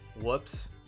whoops